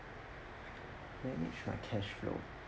manage my cash flow